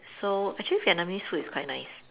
so actually Vietnamese food is quite nice